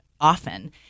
often